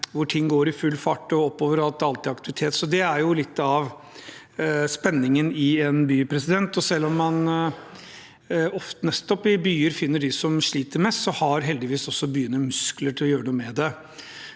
der alt går i full fart og oppover, og at det alltid er aktivitet. Det er jo litt av spenningen i en by, og selv om man nettopp i byer finner dem som sliter mest, har heldigvis også byene muskler til å gjøre noe med det.